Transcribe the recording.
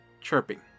chirping